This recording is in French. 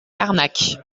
carnac